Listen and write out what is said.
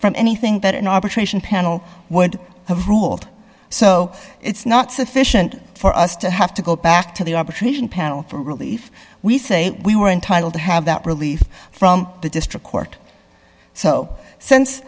from anything that an arbitration panel would have ruled so it's not sufficient for us to have to go back to the arbitration panel for relief we say we were entitled to have that relief from the district court so since